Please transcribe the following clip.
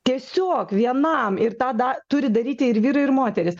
tiesiog vienam ir tą da turi daryti ir vyrai ir moterys